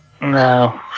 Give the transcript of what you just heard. No